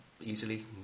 easily